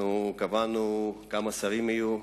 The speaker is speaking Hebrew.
אנחנו קבענו כמה שרים יהיו,